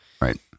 right